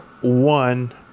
One